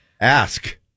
Ask